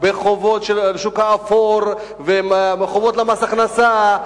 בחובות בשוק האפור ובחובות למס הכנסה.